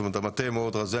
המטה רזה מאוד.